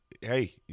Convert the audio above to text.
hey